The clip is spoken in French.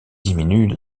diminue